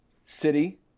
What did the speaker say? City